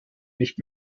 nicht